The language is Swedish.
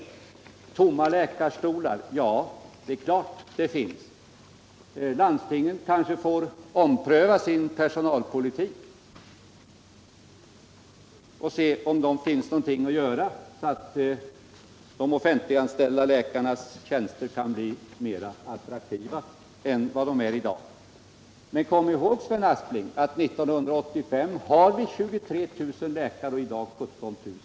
Sven Aspling talar om tomma läkarstolar. Självfallet finns det sådana. Landstingen kanske bör ompröva sin personalpolitik och se om det finns något att göra för att de offentliganställda läkarnas tjänster skall bli mer attraktiva än de är i dag. Men kom ihåg, Sven Aspling, att 1985 har vi 23 000 läkare och i dag 17 000!